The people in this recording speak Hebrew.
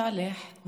סאלח,